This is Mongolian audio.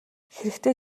хэрэгтэй